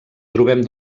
trobem